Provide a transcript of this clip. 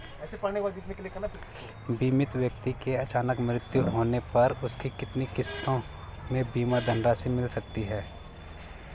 बीमित व्यक्ति के अचानक मृत्यु होने पर उसकी कितनी किश्तों में बीमा धनराशि मिल सकती है?